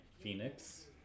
Phoenix